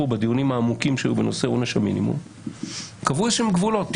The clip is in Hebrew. בדיונים העמוקים שהיו בנושא עונש המינימום קבעו איזשהם גבולות.